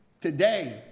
Today